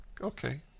Okay